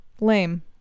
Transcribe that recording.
lame